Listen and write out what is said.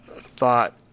thought